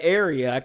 area